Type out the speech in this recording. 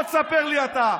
בוא תספר לי אתה.